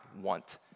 want